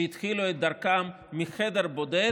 שהתחילו את דרכן מחדר בודד